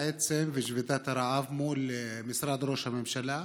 בעצם בשביתת רעב, מול משרד ראש הממשלה.